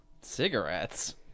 cigarettes